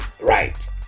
Right